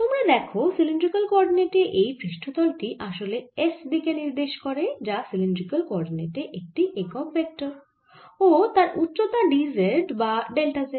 তোমরা দেখো সিলিন্ড্রিকাল কোঅরডিনেটে এই পৃষ্ঠতল টি আসলে s দিকে নির্দেশ করে যা সিলিন্ড্রিকাল কোঅরডিনেটে একটি একক ভেক্টর ও তার উচ্চতা d z বা ডেল্টা z